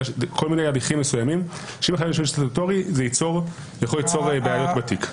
יש כל מיני הליכים בהם זה יכול ליצור בעיות בתיק.